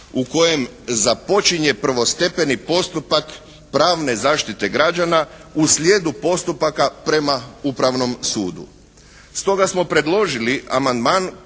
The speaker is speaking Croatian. u kojem započinje prvostepeni postupak pravne zaštite građana u slijedu postupaka prema Upravnom sudu.